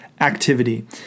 activity